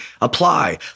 apply